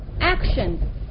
action